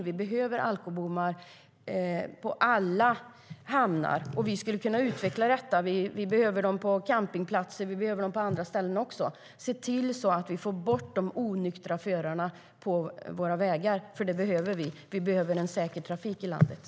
Vi behöver alkobommar i alla hamnar. Vi skulle dessutom kunna utveckla det hela, för vi behöver dem också på campingplatser och på andra ställen.